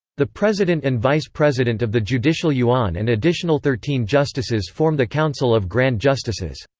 the president and vice-president of the judicial yuan and additional thirteen justices form the council of grand justices.